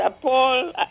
paul